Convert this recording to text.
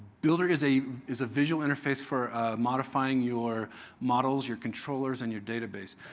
builder is a is a visual interface for modifying your models, your controllers and your database.